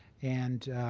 and